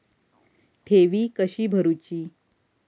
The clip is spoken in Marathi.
ठेवी कशी भरूची?